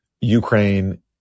Ukraine